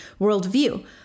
worldview